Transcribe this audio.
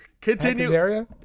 Continue